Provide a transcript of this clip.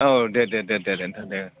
औ दे दे दे दे नोंथां दे